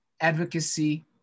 advocacy